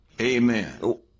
Amen